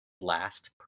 last